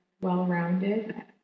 well-rounded